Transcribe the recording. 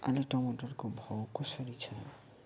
आलु टमटरको भाउ कसरी छ